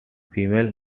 female